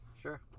Sure